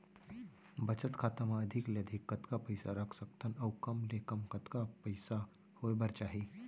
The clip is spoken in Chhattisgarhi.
बचत खाता मा अधिक ले अधिक कतका पइसा रख सकथन अऊ कम ले कम कतका पइसा होय बर चाही?